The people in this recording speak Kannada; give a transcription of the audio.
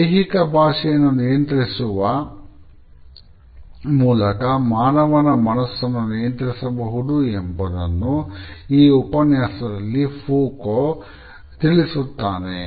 ದೈಹಿಕ ಭಾಷೆಯನ್ನು ನಿಯಂತ್ರಿಸುವ ಮೂಲಕ ಮಾನವನ ಮನಸ್ಸನ್ನು ನಿಯಂತ್ರಿಸಬಹುದು ಎಂಬುದನ್ನು ಈ ಉಪನ್ಯಾಸದಲ್ಲಿ ಫೌಕಾಲ್ಟ್ ತಿಳಿಸುತ್ತಾನೆ